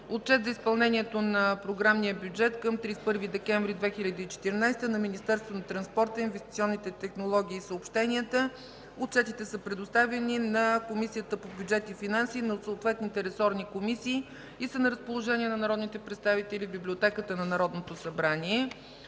Отчет за изпълнението на програмния бюджет към 31 декември 2014 г. на Министерството на транспорта, инвестиционните технологии и съобщенията. Отчетите са предоставени на Комисията по бюджет и финанси и съответните ресорни комисии и са на разположение на народните представители в Библиотеката на Народното събрание.